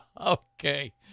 okay